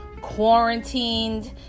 quarantined